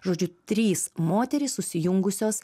žodžiu trys moterys susijungusios